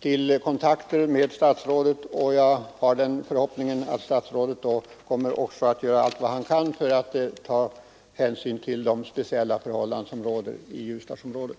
till kontakter med statsrådet, och jag hoppas att statsrådet då skall göra allt vad han kan för att ta hänsyn till de speciella förhållanden som råder i Ljusdalsområdet.